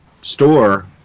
store